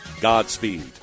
Godspeed